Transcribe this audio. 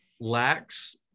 lacks